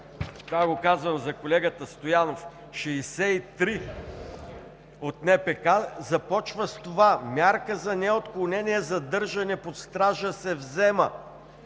това го казвам за колегата Стоянов, започва с това: „Мярка за неотклонение задържане под стража се взима…“,